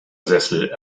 sessel